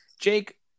Jake